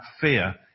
fear